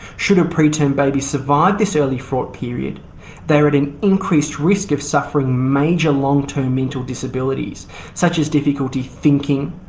should preterm babies survive this early fraught period they are at an increased risk of suffering major long-term mental disabilities such as difficulty thinking,